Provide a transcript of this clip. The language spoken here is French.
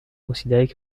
considéré